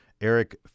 Eric